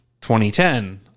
2010